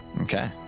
Okay